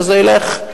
ושזה ילך,